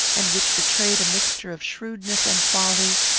and which betrayed a mixture of shrewdness and folly,